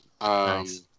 Nice